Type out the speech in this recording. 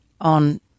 on